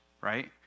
right